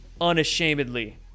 unashamedly